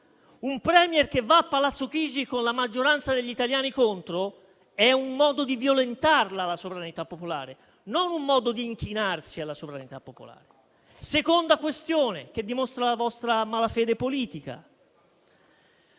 Un *Premier* che va a Palazzo Chigi con la maggioranza degli italiani contro è un modo di violentare la sovranità popolare, non un modo di inchinarsi alla sovranità popolare. Vi è una seconda questione che dimostra la vostra malafede politica: